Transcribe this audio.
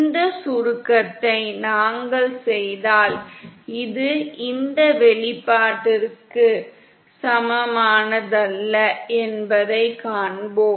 இந்த சுருக்கத்தை நாங்கள் செய்தால் இது இந்த வெளிப்பாட்டிற்கு சமமானதல்ல என்பதைக் காண்போம்